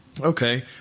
okay